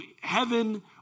heaven